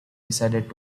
decided